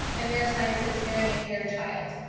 and their sign says hearing impaired child.